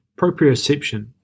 proprioception